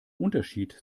unterschied